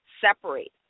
separate